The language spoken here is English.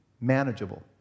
manageable